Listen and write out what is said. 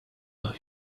but